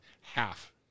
half